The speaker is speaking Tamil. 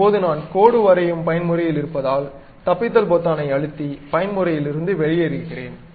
இப்போது நான் கோடு வரையும் பயன்முறையில் இருப்பதால் தப்பித்தல் பொத்தானை அழுத்தி பயன்முறையில் இருந்து வெளியேறுகிறேன்